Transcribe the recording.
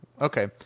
Okay